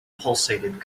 pulsated